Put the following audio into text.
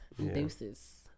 Deuces